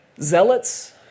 zealots